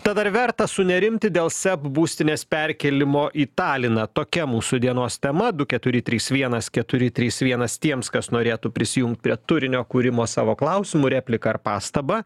tad ar verta sunerimti dėl seb būstinės perkėlimo į taliną tokia mūsų dienos tema du keturi trys vienas keturi trys vienas tiems kas norėtų prisijungt prie turinio kūrimo savo klausimu replika ar pastaba